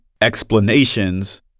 explanations